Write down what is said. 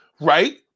right